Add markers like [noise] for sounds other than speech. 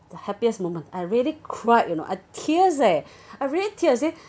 the happiest moment I really cried you know I tears eh [breath] I really tears eh